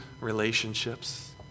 relationships